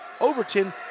Overton